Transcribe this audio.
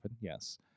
Yes